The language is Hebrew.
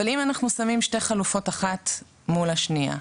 אבל אם אנחנו שמים שתי חלופות אחת מול השנייה,